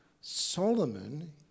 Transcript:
Solomon